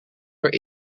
door